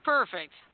Perfect